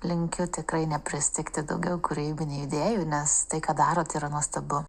linkiu tikrai nepristigti daugiau kūrybinių idėjų nes tai ką darot yra nuostabu